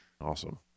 Awesome